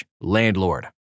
landlord